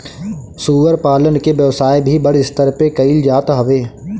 सूअर पालन के व्यवसाय भी बड़ स्तर पे कईल जात हवे